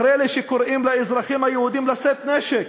אחרי אלה שקוראים לאזרחים היהודים לשאת נשק,